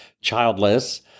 childless